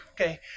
okay